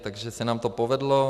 Takže se nám to povedlo.